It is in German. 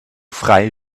frei